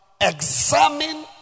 examine